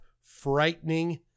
frightening